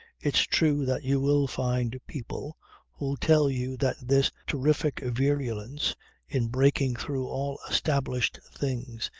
it's true that you will find people who'll tell you that this terrific virulence in breaking through all established things,